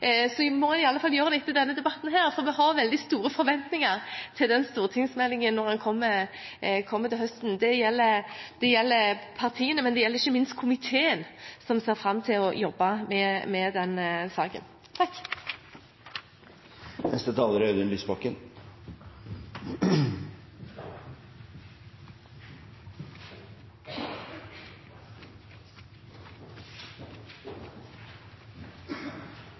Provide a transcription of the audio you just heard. Så om ikke statsråden har følt presset før, må han i alle fall gjøre det etter denne debatten, for vi har veldig store forventninger til den stortingsmeldingen som kommer til høsten. Det gjelder partiene, men ikke minst også komiteen, som ser fram til å jobbe med den saken. Jeg har et par korte kommentarer til innholdet i denne proposisjonen, som vi er